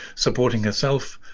supporting herself